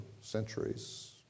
centuries